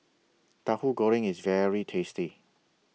Tahu Goreng IS very tasty